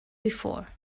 before